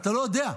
אתה לא יודע,